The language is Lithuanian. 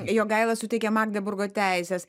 jogaila suteikė magdeburgo teises